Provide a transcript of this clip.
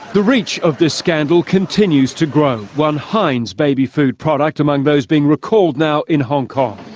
the reach of this scandal continues to grow, one heinz baby food product among those being recalled now in hong kong.